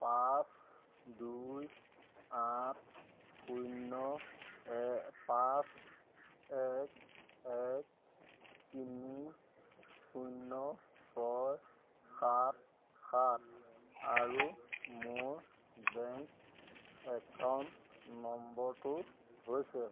পাঁচ দুই আঠ শূন্য পাঁচ এক এক তিনি শূন্য ছয় সাত সাত আৰু মোৰ বেংক একাউণ্ট নম্বৰটো হৈছে